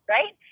Right